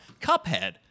Cuphead